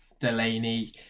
Delaney